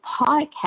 podcast